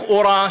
לכאורה,